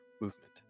movement